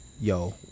Yo